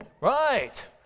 right